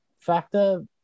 factor